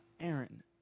aaron